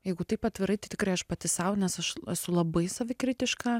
jeigu taip atvirai tai tikrai aš pati sau nes aš esu labai savikritiška